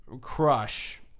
crush